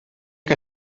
que